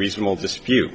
reasonable dispute